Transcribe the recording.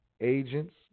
agents